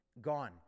gone